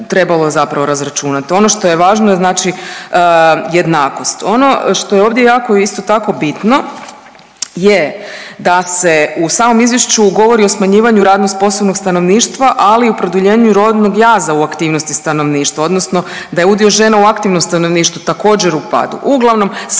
zapravo razračunat. Ono što je važno je znači jednakost. Ono što je ovdje jako isto tako bitno je da se u samom izvješću govori o smanjivanju radno sposobnog stanovništva, ali u produljenju rodnog jaza u aktivnosti stanovništva odnosno da je udio žena u aktivnom stanovništvu također u padu.